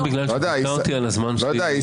לא יודע, היא